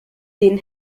den